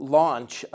launch